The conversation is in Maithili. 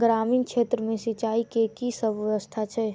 ग्रामीण क्षेत्र मे सिंचाई केँ की सब व्यवस्था छै?